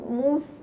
move